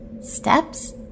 Steps